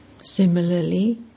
Similarly